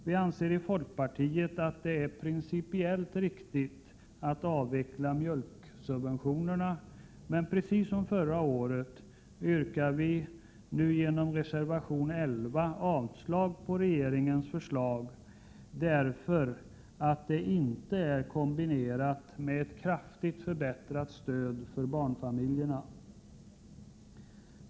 Vi anser i folkpartiet att det är principiellt riktigt att avveckla mjölksubventionerna, men precis som förra året yrkar vi, nu genom reservation 11, avslag på regeringens förslag, därför att det inte är kombinerat med ett kraftigt förbättrat stöd till barnfamiljerna.